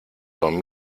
con